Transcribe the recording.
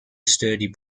sturdy